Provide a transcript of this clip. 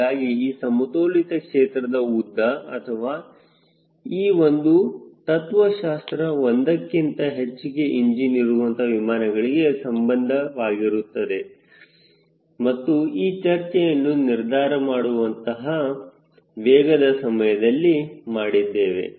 ಹೀಗಾಗಿ ಈ ಸಮತೋಲಿತ ಕ್ಷೇತ್ರದ ಉದ್ದ ಅಥವಾ ಈ ಒಂದು ತತ್ವಶಾಸ್ತ್ರ ಒಂದಕ್ಕಿಂತ ಹೆಚ್ಚಿಗೆ ಇಂಜಿನ್ ಇರುವಂತಹ ವಿಮಾನಗಳಿಗೆ ಸಂಬಂಧಿತವಾಗಿರುತ್ತದೆ ಮತ್ತು ಈ ಚರ್ಚೆಯನ್ನು ನಿರ್ಧಾರ ಮಾಡುವಂತಹ ವೇಗದ ಸಮಯದಲ್ಲಿ ಮಾಡಿದ್ದೇವೆ